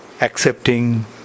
accepting